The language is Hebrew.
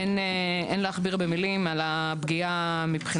אין להכביר במילים על הפגיעה מבחינתנו.